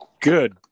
Good